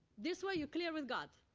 this way, you're clear with god.